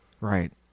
Right